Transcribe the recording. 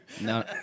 No